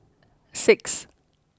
six